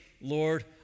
Lord